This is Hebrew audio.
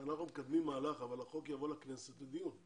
אבל מצד שני אי אפשר להיאבק בתופעה בלי הגדרה מדויקת שלה.